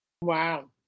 Wow